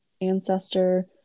ancestor